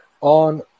on